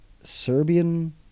Serbian